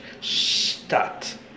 start